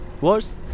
worse